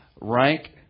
rank